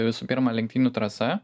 visų pirma lenktynių trasa